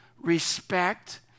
respect